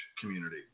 community